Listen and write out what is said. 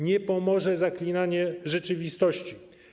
Nie pomoże zaklinanie rzeczywistości.